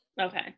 Okay